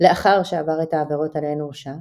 לאחר שעבר את העבירות עליהן הורשע,